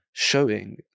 showing